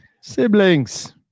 Siblings